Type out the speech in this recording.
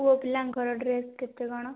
ପୁଅପିଲାଙ୍କର dress କେତେ କଣ